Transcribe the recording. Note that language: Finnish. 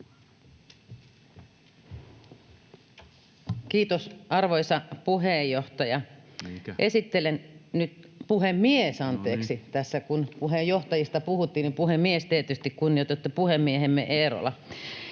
Kiitos, arvoisa puheenjohtaja! [Puhemies: Mikä?] — Puhemies! Anteeksi, tässä kun puheenjohtajista puhuttiin; puhemies tietysti, kunnioitettu puhemiehemme Eerola.